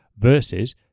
versus